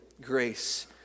grace